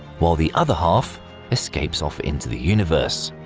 while the other half escapes off into the universe.